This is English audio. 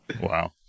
Wow